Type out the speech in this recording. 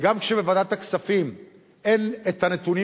וגם כשבוועדת הכספים אין את הנתונים